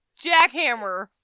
jackhammer